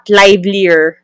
livelier